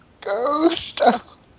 Ghost